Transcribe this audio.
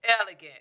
elegant